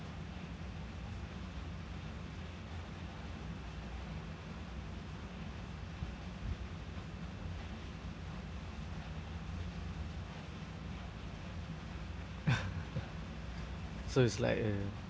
so it's like a